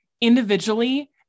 individually